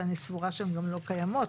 שאני סבורה שהן גם לא קיימות.